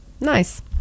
nice